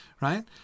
right